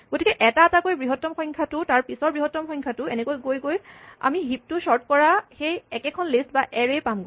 গতিকে এটা এটাকৈ বৃহত্তম সংখ্যাটো তাৰ পিচৰ বৃহত্তম সংখ্যাটো এনেকৈ গৈ গৈ আমি হিপ টো চৰ্ট কৰা সেই একেখন লিষ্ট বা এৰে ই পামগৈ